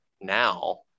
now